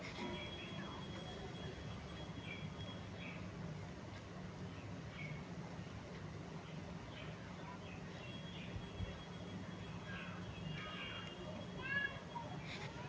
जेकर खाता बैंक मे छै ओकरा चेक बुक देलो जाय छै